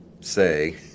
say